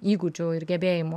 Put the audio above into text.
įgūdžių ir gebėjimų